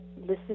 listen